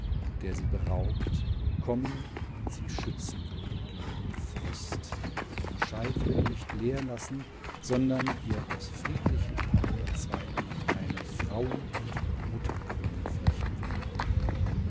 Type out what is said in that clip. der sie beraubt kommen und sie schützen würde gegen den frost ihren scheitel nicht leer lassen sondern ihr aus friedlichen palmenzweigen eine frauen und mutterkrone flechten würde